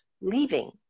leaving